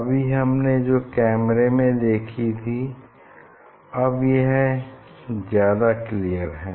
अभी हमने जो कैमरे में देखी अब यह ज्यादा क्लियर हैं